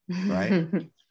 right